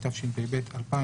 התשפ"ב 2021,